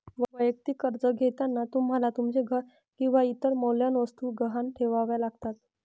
वैयक्तिक कर्ज घेताना तुम्हाला तुमचे घर किंवा इतर मौल्यवान वस्तू गहाण ठेवाव्या लागतात